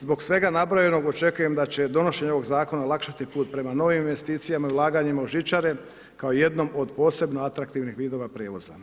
Zbog svega nabrojenog, očekujem da će donošenje ovog zakona olakšati put prema novim investicijama i ulaganjima u žičare, kao i jednom od posebno atraktivnih vidova prijevoza.